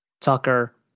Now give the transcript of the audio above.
Tucker